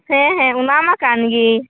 ᱦᱮᱸ ᱦᱮᱸ ᱚᱱᱟᱢᱟ ᱠᱟᱱᱜᱮ